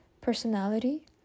personality